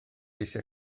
eisiau